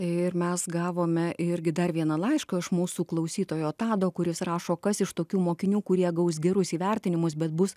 ir mes gavome irgi dar vieną laišką iš mūsų klausytojo tado kuris rašo kas iš tokių mokinių kurie gaus gerus įvertinimus bet bus